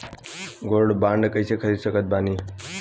Gold bond कईसे खरीद सकत बानी?